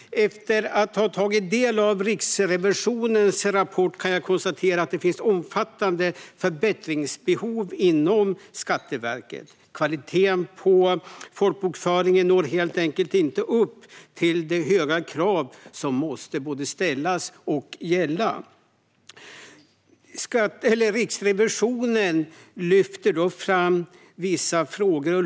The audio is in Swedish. Efter att ha tagit del av Riksrevisionens rapport kan jag konstatera att det finns omfattande förbättringsbehov inom Skatteverket. Kvaliteten på folkbokföringen når helt enkelt inte upp till de höga krav som måste både ställas och gälla. Riksrevisionen lyfter fram vissa frågor.